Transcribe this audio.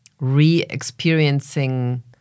re-experiencing